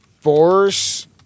force